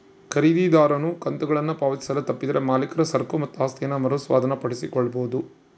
ಖರೀದಿದಾರನು ಕಂತುಗಳನ್ನು ಪಾವತಿಸಲು ತಪ್ಪಿದರೆ ಮಾಲೀಕರು ಸರಕು ಮತ್ತು ಆಸ್ತಿಯನ್ನ ಮರು ಸ್ವಾಧೀನಪಡಿಸಿಕೊಳ್ಳಬೊದು